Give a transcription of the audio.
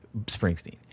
springsteen